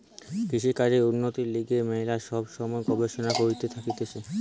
কৃষিকাজের উন্নতির লিগে ম্যালা সব সময় গবেষণা চলতে থাকতিছে